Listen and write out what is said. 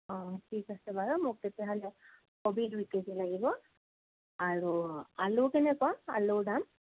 অঁ ঠিক আছে বাৰু মোক তেতিয়াহ'লে কবি দুই কে জি লাগিব আৰু আলু কেনেকুৱা আলুৰ দাম